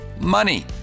money